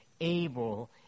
able